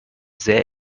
sehr